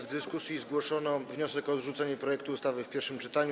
W dyskusji zgłoszono wniosek o odrzucenie projektu ustawy w pierwszym czytaniu.